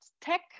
tech